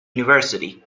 university